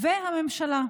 הממשלה.